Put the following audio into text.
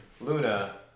Luna